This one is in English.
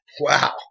Wow